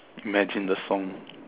imagine the song